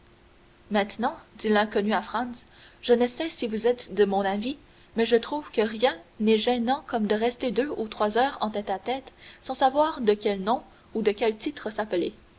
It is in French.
maintenant dit l'inconnu à franz je ne sais si vous êtes de mon avis mais je trouve que rien n'est gênant comme de rester deux ou trois heures en tête-à-tête sans savoir de quel nom ou de quel titre s'appeler